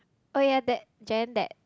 oh yea that Jen that